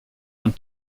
und